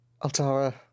Altara